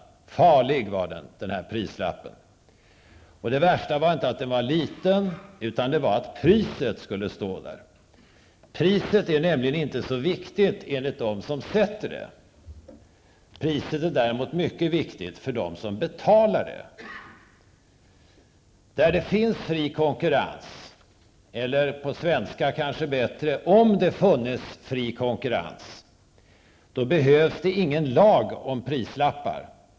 Farlig var den, den här prislappen. Det värsta var inte att den var liten, utan det var att priset skulle stå där. Priset är nämligen inte så viktigt, enligt dem som sätter det. Priset är däremot mycket viktigt för dem som betalar det. Där det finns fri konkurrens -- eller på svenska kanske bättre: om det funnes fri konkurrens -- behövs det ingen lag om prislappar.